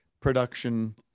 production